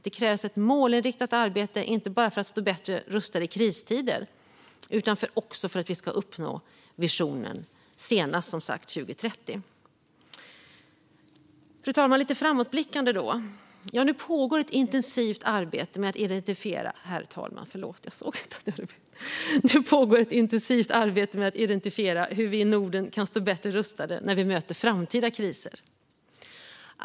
Det krävs ett målinriktat arbete, inte bara för att stå bättre rustade i kristider utan också för att vi som sagt ska uppnå visionen senast 2030. Herr talman! Lite framåtblickande: Nu pågår ett intensivt arbete med att identifiera hur vi i Norden kan stå bättre rustade när vi möter framtida kriser.